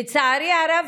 לצערי הרב,